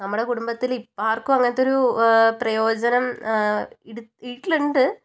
നമ്മുടെ കുടുംബത്തില് ഇപ്പം ആർക്കും അങ്ങനത്തൊരു പ്രയോജനം എടുത്ത് വീട്ടിലുണ്ട്